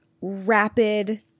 rapid